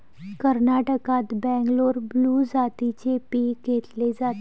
कर्नाटकात बंगलोर ब्लू जातीचे पीक घेतले जाते